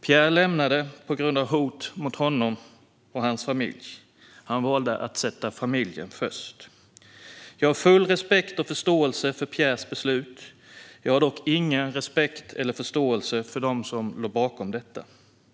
Pierre lämnade sina uppdrag på grund av hot mot honom och hans familj. Han valde att sätta familjen först. Jag har full respekt och förståelse för Pierres beslut. Jag har dock ingen respekt eller förståelse för dem som låg bakom detta.